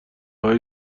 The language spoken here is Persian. های